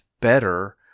better